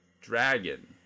dragon